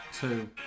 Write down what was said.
two